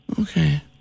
Okay